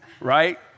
right